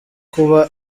kuba